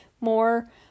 more